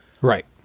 Right